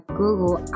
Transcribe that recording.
google